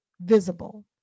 visible